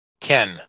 Ken